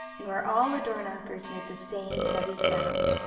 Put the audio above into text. and where all the door-knockers made the same heavy sound,